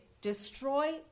destroy